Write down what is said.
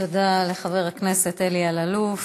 תודה לחבר הכנסת אלי אלאלוף.